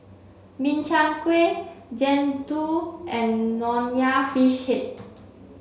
Min Chiang Kueh Jian Dui and Nonya Fish Head